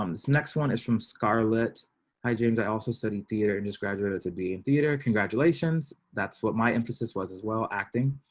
um this next one is from scarlett hi. james i also said in theater and just graduated to be in theatre. congratulations. that's what my emphasis was as well acting